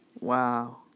Wow